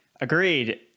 agreed